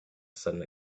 sudden